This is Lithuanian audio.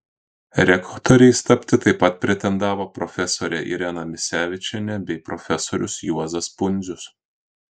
rektoriais tapti taip pat pretendavo profesorė irena misevičienė bei profesorius juozas pundzius